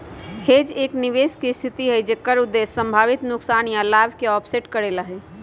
hedge एक निवेश के स्थिति हई जेकर उद्देश्य संभावित नुकसान या लाभ के ऑफसेट करे ला हई